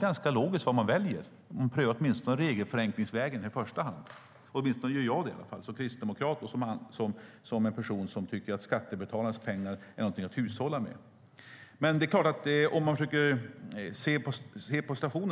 Det är ganska logiskt vad man väljer. Man måste i alla fall pröva regelförenklingsvägen i första hand. Åtminstone gör jag det som kristdemokrat och som en person som tycker att skattebetalarnas pengar är någonting som man ska hushålla med. Det